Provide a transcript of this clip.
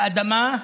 האדמה,